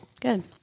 Good